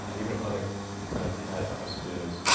even if other planets had atmospheres,